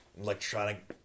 electronic